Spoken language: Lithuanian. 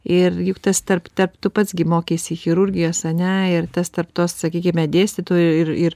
ir juk tas tarp tarp tu pats gi mokeisi chirurgijos ane ir tas tarp tos sakykime dėstytojų ir ir